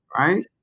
right